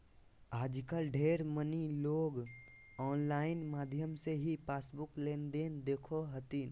आजकल ढेर मनी लोग आनलाइन माध्यम से ही पासबुक लेनदेन देखो हथिन